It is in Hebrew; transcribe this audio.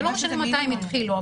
זה לא משנה מתי הם התחילו,